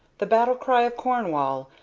the battle-cry of cornwall,